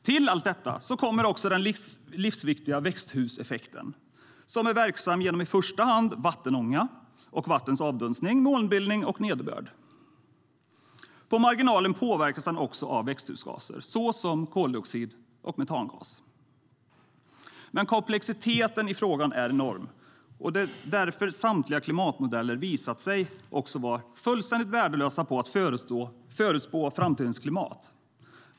Till allt detta kommer också den livsviktiga växthuseffekten, som är verksam genom i första hand vattenånga och vattens avdunstning, molnbildning och nederbörd. På marginalen påverkas den också av växthusgaser, såsom koldioxid och metangas. Komplexiteten i frågan är enorm, och det är därför samtliga klimatmodeller också har visat sig fullständigt värdelösa för att förutspå framtidens klimat.